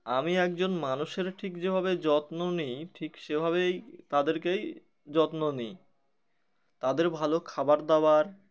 আমি একজন মানুষের ঠিক যেভাবে যত্ন নিই ঠিক সেভাবেই তাদেরকেই যত্ন নিই তাদের ভালো খাবার দাবার